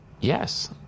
Yes